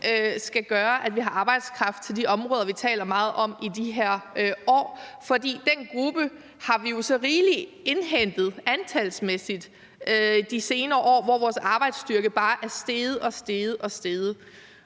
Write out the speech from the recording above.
skal gøre, at vi har arbejdskraft til de områder, vi taler meget om i de her år. For den gruppe har vi jo så rigeligt indhentet antalsmæssigt i de senere år, hvor vores arbejdsstyrke bare er steget og steget. Og